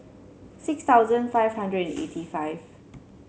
six thousand five hundred and eighty five